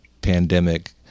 pandemic